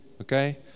okay